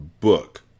book